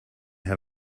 have